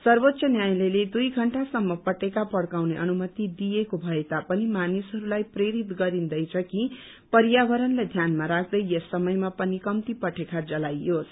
सर्वोच्च न्यायालयले दुइ घण्टासम्म पटेखा जलाउने अनुमति दिएको भए तापनि मानिसहरूलाई प्रेरित गरिन्दैछ कि पर्यावरणलाई ध्यानमा राख्दै यस समयमा पनि कप्ती पटेखा जलाइयोस